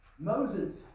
Moses